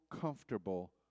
comfortable